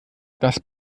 das